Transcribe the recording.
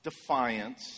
defiance